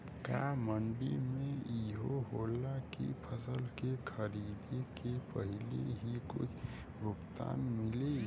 का मंडी में इहो होला की फसल के खरीदे के पहिले ही कुछ भुगतान मिले?